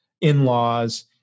in-laws